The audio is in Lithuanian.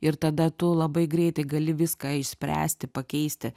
ir tada tu labai greitai gali viską išspręsti pakeisti